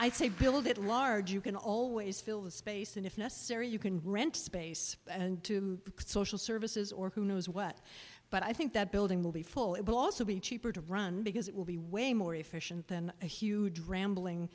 it large you can always fill the space and if necessary you can rent space to social services or who knows what but i think that building will be full it will also be cheaper to run because it will be way more efficient than a huge rambling